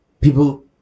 people